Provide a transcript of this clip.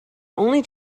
only